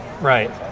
Right